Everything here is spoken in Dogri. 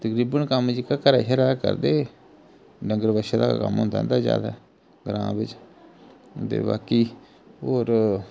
तकरीबन कम्म जेह्का घरै शरै दा करदे डंगर बच्छे दा गै कम्म होंदा इंदा ज्यादा ग्रांऽ बिच्च दे बाकी होर